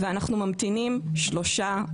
ואנחנו ממתינים שלושה,